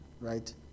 right